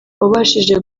wabashije